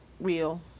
real